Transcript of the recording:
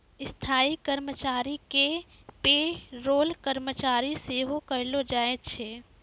स्थायी कर्मचारी के पे रोल कर्मचारी सेहो कहलो जाय छै